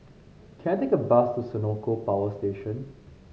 can I take a bus to Senoko Power Station